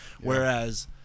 whereas